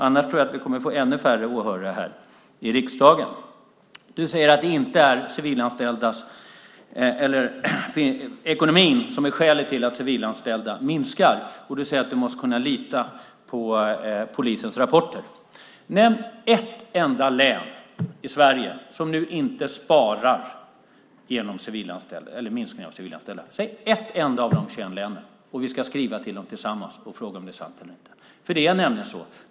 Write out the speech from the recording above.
Annars tror jag att vi kommer att få ännu färre åhörare i riksdagen. Du säger att det inte är ekonomin som är skälet till att antalet civilanställda minskar och att vi måste kunna lita på polisens rapporter. Nämn ett enda län i Sverige som nu inte sparar genom minskning av antalet civilanställda. Nämn ett enda av de 25 länen, och vi ska skriva till det tillsammans och fråga om det är sant eller inte.